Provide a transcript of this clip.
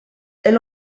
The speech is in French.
elle